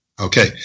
Okay